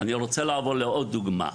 אני רוצה לעבור לעוד דוגמה: